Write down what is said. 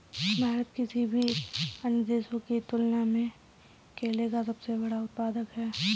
भारत किसी भी अन्य देश की तुलना में केले का सबसे बड़ा उत्पादक है